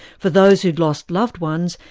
for those who'd lost loved ones,